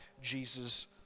Jesus